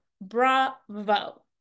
bravo